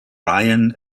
ryan